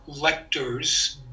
lectors